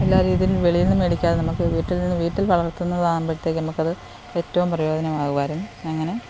എല്ലാ രീതിയിലും വെളിയിൽ നിന്ന് മേടിക്കാതെ നമുക്ക് വീട്ടിൽ നിന്ന് വീട്ടിൽ വളർത്തുന്നത് ആവുമ്പോഴത്തേക്കും നമുക്കത് ഏറ്റവും പ്രയോജനം ആകുമായിരുന്നു അങ്ങനെ